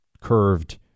curved